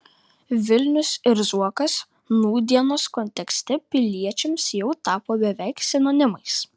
vilnius ir zuokas nūdienos kontekste piliečiams jau tapo beveik sinonimais